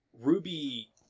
Ruby